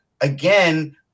again